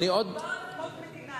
מדובר על אדמות מדינה לא,